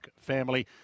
family